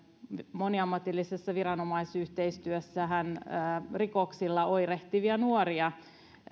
moniammatillisessa viranomaisyhteistyössähän rikoksilla oirehtivia nuoria